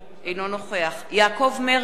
אינו נוכח יעקב מרגי,